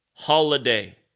Holiday